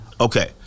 Okay